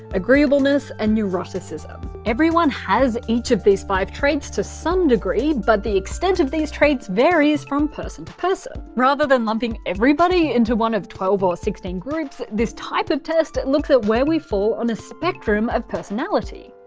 agreeableness, and neuroticism. everyone has each of these five traits to some degree, but the extent of these traits varies from person to person. rather than lumping everybody into one of twelve or sixteen groups, this type of test looks at where we each fall on a spectrum of personality.